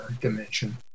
dimension